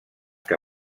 que